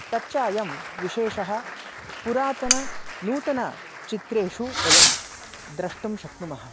तच्च अयं विशेषः पुरातननूतनचित्रेषु वयं द्रष्टुं शक्नुमः